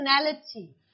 personality